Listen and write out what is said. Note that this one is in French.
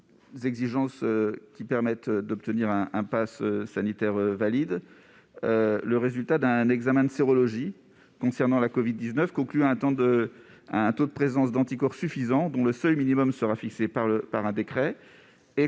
documents permettant d'obtenir un passe sanitaire valide le résultat d'un examen de sérologie concernant la covid-19 et concluant à un taux de présence d'anticorps suffisant ; le seuil serait fixé par un décret,